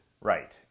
Right